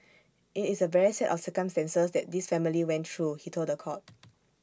IT is A very sad set of circumstances that this family went through he told The Court